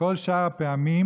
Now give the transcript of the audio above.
ובכל שאר הפעמים